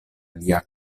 lia